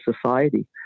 society